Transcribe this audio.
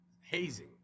hazing